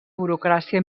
burocràcia